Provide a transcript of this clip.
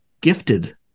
gifted